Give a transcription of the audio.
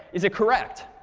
is it correct?